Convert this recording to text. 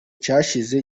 cyashize